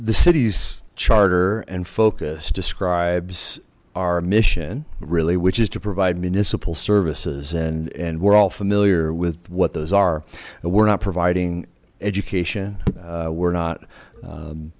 the city's charter and focus describes our mission really which is to provide municipal services and and we're all familiar with what those are we're not providing education we're not